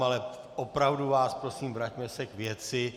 Ale opravdu vás prosím, vraťme se k věci.